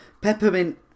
peppermint